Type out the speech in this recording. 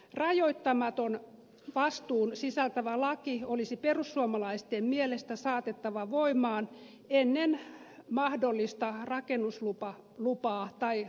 rajoittamattoman vastuun sisältävä laki olisi perussuomalaisten mielestä saatettava voimaan ennen mahdollista rakennuslupaa tai rakennuslupia